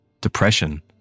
depression